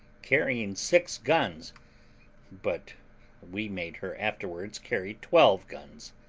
carrying six guns but we made her afterwards carry twelve guns.